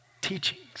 teachings